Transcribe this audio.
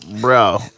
Bro